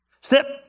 Step